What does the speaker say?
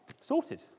sorted